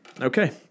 okay